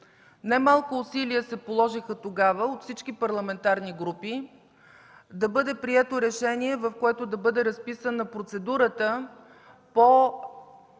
Немалко усилия се положиха тогава от всички парламентарни групи да бъде прието решение, в което да бъде разписана процедурата по